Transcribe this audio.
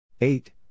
eight